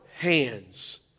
hands